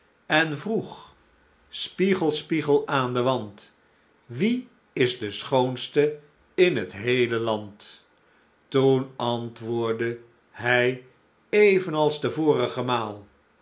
en vroeg spiegel spiegel aan den wand wie is de schoonste in t heele land toen antwoordde hij even als de vorige maal